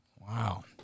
Wow